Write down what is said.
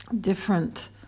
different